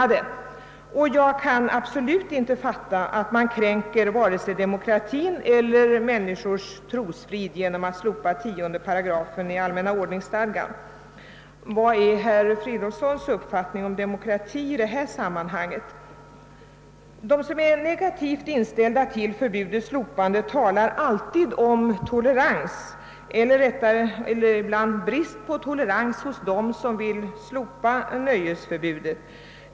Jag kan absolut inte förstå att man kränker vare sig demokratin eller människors trosfrid genom att slopa 10 § allmänna ordningsstadgan. Vad är herr Fridolfssons uppfattning om demokrati i detta sammanhang? De som är negativt inställda till förbudets slopande talar alltid om tolerans eller brist på tolerans hos dem som vill slopa nöjesförbudet.